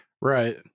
right